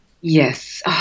yes